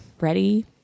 Ready